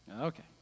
Okay